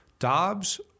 Dobbs